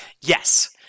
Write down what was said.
yes